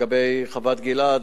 לגבי חוות-גלעד,